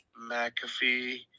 McAfee